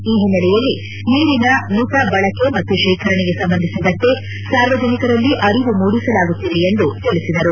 ಈ ಹಿನ್ನೆಲೆಯಲ್ಲಿ ನೀರಿನ ಮಿತ ಬಳಕೆ ಮತ್ತು ಶೇಖರಣೆಗೆ ಸಂಬಂಧಿಸಿದಂತೆ ಸಾರ್ವಜನಿಕರಲ್ಲಿ ಅರಿವು ಮೂಡಿಸಲಾಗುತ್ತಿದೆ ಎಂದು ಅವರು ತಿಳಿಸಿದರು